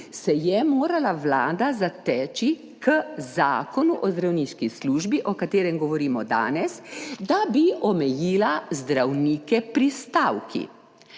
se je morala vlada zateči k Zakonu o zdravniški službi, o katerem govorimo danes, da bi omejila zdravnike pri stavki.